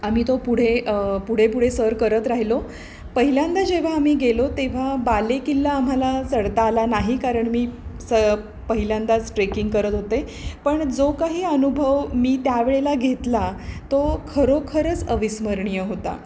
आम्ही तो पुढे पुढे पुढे सर करत राहिलो पहिल्यांदा जेव्हा आम्ही गेलो तेव्हा बालेकिल्ला आम्हाला चढता आला नाही कारण मी स पहिल्यांदाच ट्रेकिंग करत होते पण जो काही अनुभव मी त्यावेळेला घेतला तो खरोखरच अविस्मरणीय होता